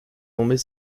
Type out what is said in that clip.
tomber